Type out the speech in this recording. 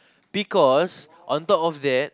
because on top of that